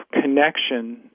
connection